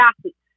athletes